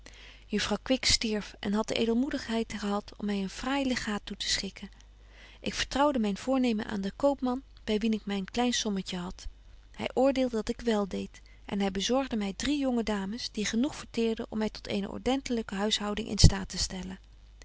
juffrouw kwiks stierf en hadt de edelmoedigheid gehad om my een fraai legaat toe te schikken ik vertrouwde myn voornemen aan den koopman by wien ik myn klein sommetje had hy oordeelde dat ik wel deed en hy bezorgde my drie jonge dames die genoeg verteerden om my tot eene ordentelyke huishouding in staat te stellen